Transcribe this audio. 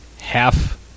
half